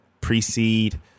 precede